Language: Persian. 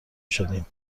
شدیم